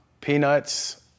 Peanuts